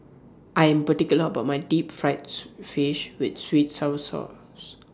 I Am particular about My Deep Fried Soup Fish with Sweet and Sour Sauce